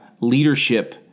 leadership